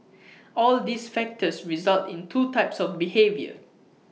all these factors result in two types of behaviour